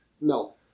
No